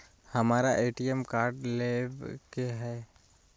हमारा ATM card लेव के हई